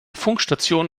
funkstation